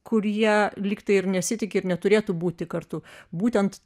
kurie lyg tai ir nesitiki ir neturėtų būti kartu būtent